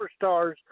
superstars